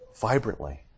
vibrantly